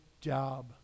job